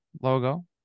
logo